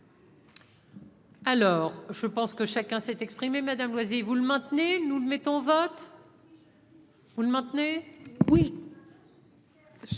Alors je pense que chacun s'est exprimé Madame Loisy vous le maintenez nous le mettons votre. Vous le maintenez oui.